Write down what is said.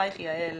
אחרייך יעל